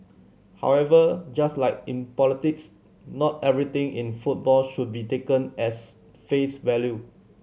however just like in politics not everything in football should be taken as face value